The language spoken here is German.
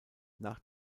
nach